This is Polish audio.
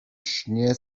śnie